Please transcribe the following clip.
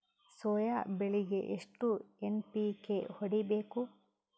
Soya ಬೆಳಿಗಿ ಎಷ್ಟು NPK ಹೊಡಿಬೇಕು?